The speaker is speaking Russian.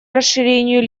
расширению